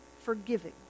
forgiving